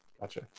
Gotcha